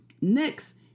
Next